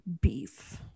beef